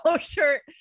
shirt